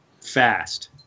Fast